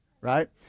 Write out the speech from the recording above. right